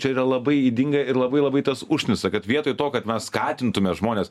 čia yra labai ydinga ir labai labai tas užknisa kad vietoj to kad mes skatintume žmones